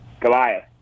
Goliath